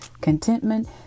contentment